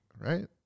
right